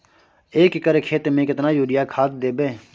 एक एकर खेत मे केतना यूरिया खाद दैबे?